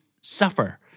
suffer